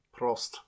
Prost